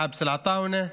חאבס אלעטאונה,